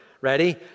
Ready